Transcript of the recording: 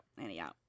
anyhow